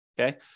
okay